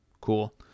cool